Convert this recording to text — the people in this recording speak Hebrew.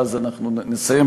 ואז אנחנו נסיים.